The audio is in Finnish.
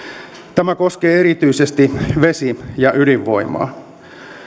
tämä koskee erityisesti vesi ja ydinvoimaa